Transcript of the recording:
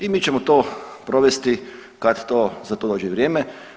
I mi ćemo to provesti kad to, za to dođe vrijeme.